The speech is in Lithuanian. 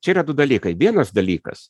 čia yra du dalykai vienas dalykas